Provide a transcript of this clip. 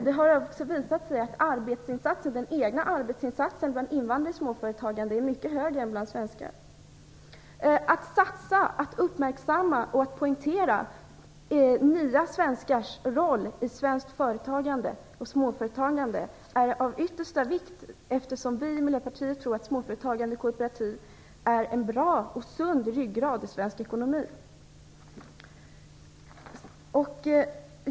Det har också visat sig att den egna arbetsinsatsen bland invandrare i småföretagandet är mycket högre än bland svenskar. Att satsa, att uppmärksamma och att poängtera nya svenskars roll i svenskt småföretagande är av yttersta vikt eftersom vi i Miljöpartiet tror att småföretagande och kooperativ är en bra och sund ryggrad i svensk ekonomi.